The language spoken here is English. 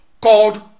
called